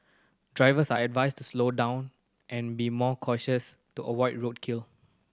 drivers are advised to slow down and be more cautious to avoid roadkill